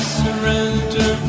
surrender